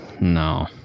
no